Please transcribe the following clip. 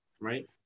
right